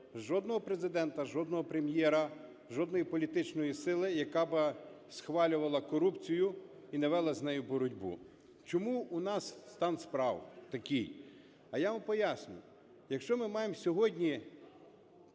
жодного президента, жодного прем'єра, жодної політичної сили, яка би схвалювала корупцію і не вела з нею боротьбу. Чому у нас стан справ такий? А я вам пояснюю. Якщо ми маємо сьогодні